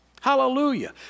Hallelujah